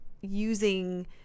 using